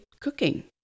cooking